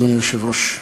אדוני היושב-ראש.